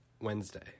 Wednesday